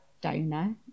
donor